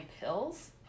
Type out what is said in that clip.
pills